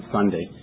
Sunday